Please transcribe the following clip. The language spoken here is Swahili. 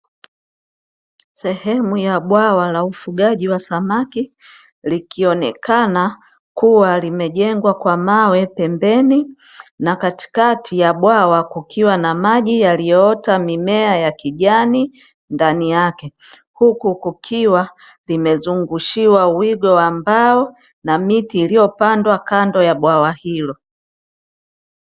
Sehemu ya bwawa la ufugaji wa samaki, likionekana kua limejengwa kwa mawe pembeni na katikati ya bwawa kukiwa na maji, yaliyoota mimea yakijani ndani yake, huku kukiwa limezungushiwa wigo wa mbao na miti iliyopandwa kando ya bwawa hilo.